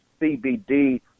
CBD